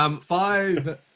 Five